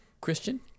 Christian